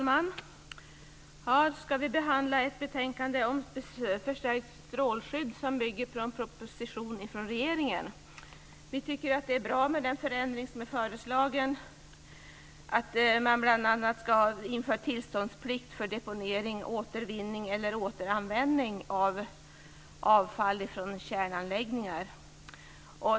Fru talman! I dag ska vi behandla ett betänkande om förstärkt strålskydd som bygger på en proposition från regeringen. Vi tycker att det är bra med den förändring som är föreslagen, att man bl.a. ska införa tillståndsplikt för deponering, återvinning och återanvändning av avfall från kärnanläggningar.